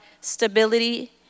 stability